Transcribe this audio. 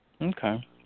Okay